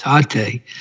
Tate